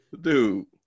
Dude